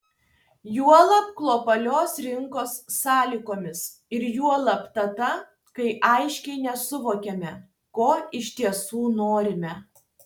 juolab globalios rinkos sąlygomis ir juolab tada kai aiškiai nesuvokiame ko iš tiesų norime